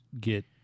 get